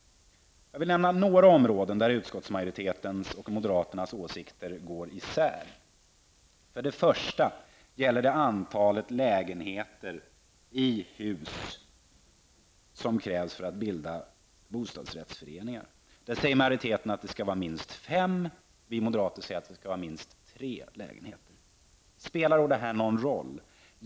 Jag vill nämna några områden där utskottsmajoritetens och moderaternas åsikter går isär. Det första gäller antalet lägenheter i ett hus som krävs för att bilda bostadsrättsförening. Utskottsmajoriteten säger att det skall vara minst fem. Vi moderater säger att det skall vara minst tre lägenheter. Spelar det någon roll?